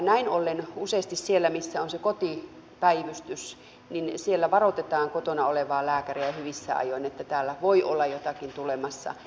näin ollen useasti siellä missä on se kotipäivystys varoitetaan kotona olevaa lääkäriä jo hyvissä ajoin että voi olla jotakin tulemassa